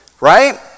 right